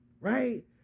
Right